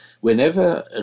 Whenever